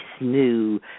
new